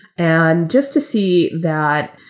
and just to see that,